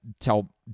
tell